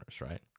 right